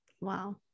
wow